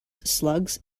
slugs